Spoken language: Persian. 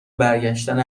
برگشتن